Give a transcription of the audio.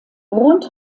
rund